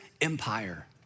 empire